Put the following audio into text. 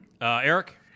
Eric